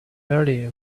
early